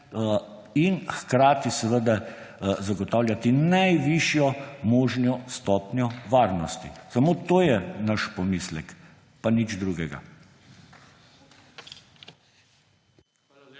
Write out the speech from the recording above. in hkrati zagotavljati najvišjo možno stopnjo varnosti. Samo to je naš pomislek pa nič drugega.